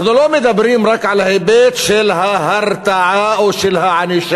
אנחנו לא מדברים רק על ההיבט של ההרתעה או של הענישה,